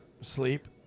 Sleep